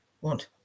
want